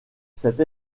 cette